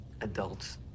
Adults